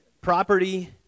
property